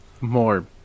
more